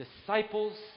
disciples